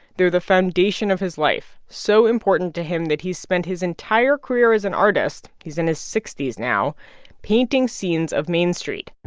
they're the foundation of his life so important to him that he's spent his entire career as an artist he's in his sixty s now painting scenes of main street.